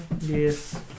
Yes